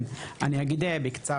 כן, אני אגיד בקצרה,